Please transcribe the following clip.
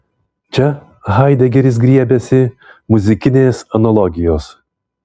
čia haidegeris griebiasi muzikinės analogijos